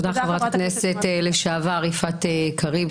תודה, חברת הכנסת לשעבר יפעת קריב.